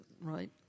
right